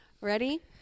ready